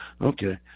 Okay